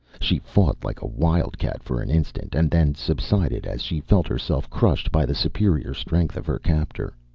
she fought like a wildcat for an instant, and then subsided as she felt herself crushed by the superior strength of her captor.